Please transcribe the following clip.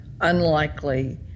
unlikely